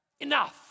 enough